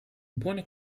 buone